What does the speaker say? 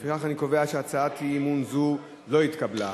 לפיכך, אני קובע שהצעת אי-אמון זו לא התקבלה.